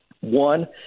One